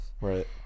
Right